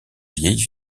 vieille